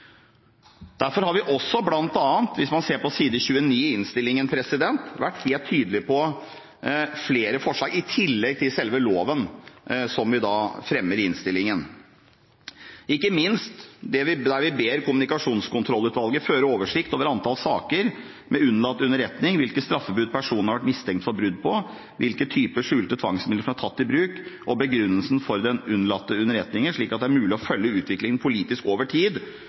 Derfor har vi også vært helt tydelige på dette i flere forslag som vi fremmer i innstillingen – i tillegg til selve loven – ikke minst II på side 29 i innstillingen: «Stortinget ber regjeringen sikre at Kommunikasjonskontrollutvalget fører oversikt over antall saker med unnlatt underretning, hvilke straffebud personen har vært mistenkt for brudd på, hvilke type skjulte tvangsmidler som er tatt i bruk og begrunnelsen for den unnlatte underretningen, slik at det er mulig å følge utviklingen politisk over tid,